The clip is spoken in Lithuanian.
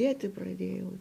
tėti pradėjau